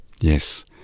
Yes